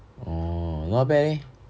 oh not bad leh